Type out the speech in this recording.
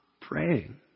praying